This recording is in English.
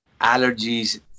allergies